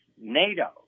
NATO